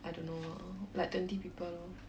I don't know uh like twenty people